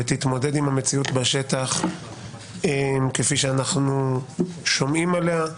ותתמודד עם המציאות בשטח כפי שאנחנו שומעים עליה.